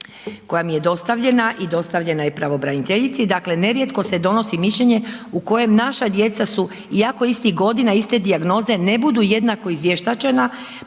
koja mi je dostavljena i dostavljena je pravobraniteljici, dakle, nerijetko se donosi mišljenje u kojem naša djeca su, iako istih godina, iste dijagnoze, ne budu jednako izvještačena,